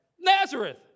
Nazareth